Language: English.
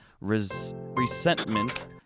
Resentment